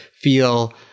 feel